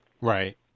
Right